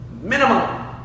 Minimum